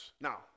now